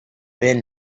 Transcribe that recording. been